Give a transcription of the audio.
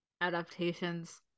adaptations